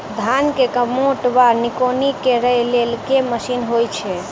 धान मे कमोट वा निकौनी करै लेल केँ मशीन होइ छै?